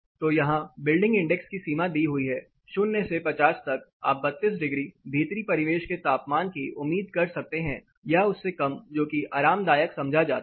तो यहां building index की सीमा दी हुई है 0 से 50 तक आप 32 डिग्री भीतरी परिवेश के तापमान की उम्मीद कर सकते हैं या उससे कम जोकि आरामदायक समझा जाता है